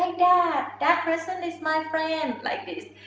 like that. that person is my friend like this.